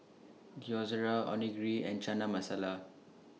Gyoza Onigiri and Chana Masala